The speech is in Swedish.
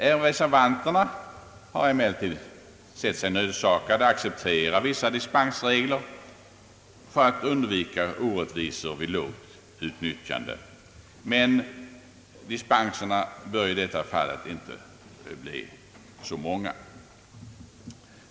Även reservanterna har emellertid ansett sig nödsakade acceptera vissa dispensregler för att undvika orättvisor vid lågt utnyttjande, men dispenserna bör i detta fall inte bli så många.